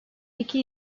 iki